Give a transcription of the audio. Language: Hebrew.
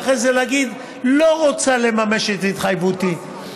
ואחרי זה להגיד: לא רוצה לממש את התחייבותי,